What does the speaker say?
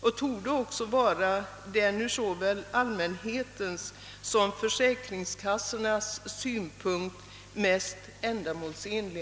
och den torde också vara. den ur såväl allmänhetens "som = försäkringskassornas - synpunkt mest ändamålsenliga.